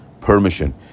permission